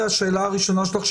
על השאלה הראשונה שלך,